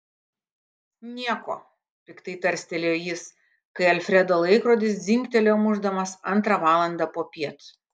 nieko piktai tarstelėjo jis kai alfredo laikrodis dzingtelėjo mušdamas antrą valandą popiet